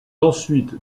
ensuite